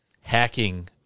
hacking